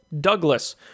Douglas